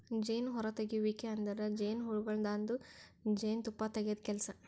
ಜೇನು ಹೊರತೆಗೆಯುವಿಕೆ ಅಂದುರ್ ಜೇನುಹುಳಗೊಳ್ದಾಂದು ಜೇನು ತುಪ್ಪ ತೆಗೆದ್ ಕೆಲಸ